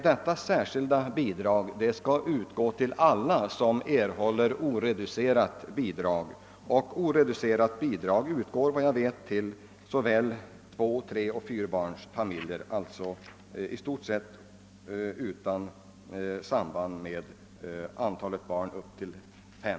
Detta särskilda bidrag skall utgå till alla som får oreducerade bidrag, och sådana utgår efter vad jag vet till två-, treoch fyrbarnsfamiljer och har alltså i stort sett inte något samband med antalet barn upp till fem.